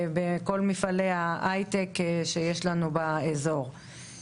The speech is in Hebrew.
במפעלי ההייטק שיש לנו באזור ויישארו בנגב.